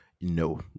No